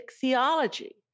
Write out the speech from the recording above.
theology